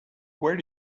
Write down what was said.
where